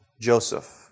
Joseph